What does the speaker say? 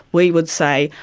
we would say,